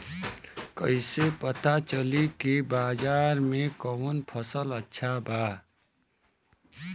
कैसे पता चली की बाजार में कवन फसल अच्छा बा?